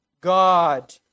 God